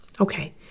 Okay